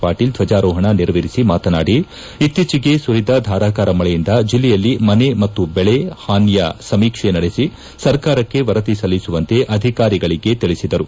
ಪಾಟೀಲ್ ಧ್ವಜಾರೋಹಣ ನೆರವೇರಿಸಿ ಮಾತನಾಡಿ ಇತ್ತೀಚೆಗೆ ಸುರಿದ ಧಾರಾಕಾರ ಮಳೆಯಿಂದ ಜಿಲ್ಲೆಯಲ್ಲಿ ಮನೆ ಮತ್ತು ಬೆಳೆ ಹಾನಿಯ ಸಮೀಕ್ಷೆ ನಡೆಸಿ ಸರ್ಕಾರಕ್ಷೆ ವರದಿ ಸಲ್ಲಿಸುವಂತೆ ಅಧಿಕಾರಿಗಳಿಗೆ ತಿಳಿಸಿದರು